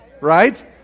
Right